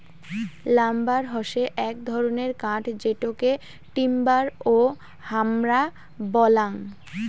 lumber হসে এক ধরণের কাঠ যেটোকে টিম্বার ও হামরা বলাঙ্গ